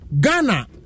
Ghana